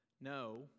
No